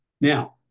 Now